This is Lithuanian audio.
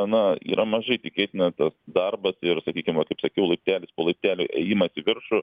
na yra mažai tikėtina tas darbas ir sakykim va kaip sakiau laiptelis po laiptelio ėjimas į viršų